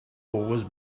was